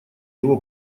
его